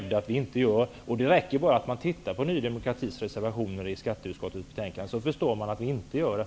Det räcker att läsa Ny demokratis reservationer till skatteutskottets betänkande för att man skall förstå att vi inte gör det.